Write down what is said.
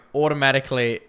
automatically